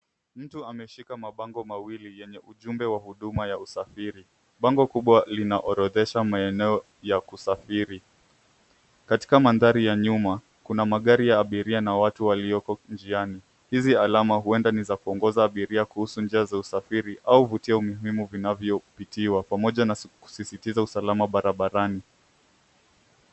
Mtu ameshika mabango mawili yenye ujumbe wa huduma ya usafiri. Bango kubwa linaorodhesha maeneo ya kusafiri. Katika mandhari ya nyuma kuna magari ya abiria na watu walioko njiani. Hizi alama huenda ni za kuongoza abiria kuhusu njia za usafiri au vituo muhimu vinavyopitiwa pamoja na kusisitiza usalama barabarani.